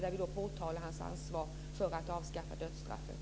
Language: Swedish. Där påtalar vi hans ansvar för att avskaffa dödsstraffet.